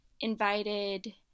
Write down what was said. invited